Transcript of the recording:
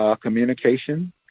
communication